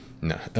No